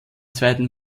zweiten